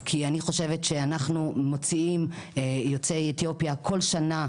כי אני חושבת שאנחנו מוציאים יוצאי אתיופיה כל שנה,